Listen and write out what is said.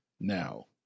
Now